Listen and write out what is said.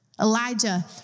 Elijah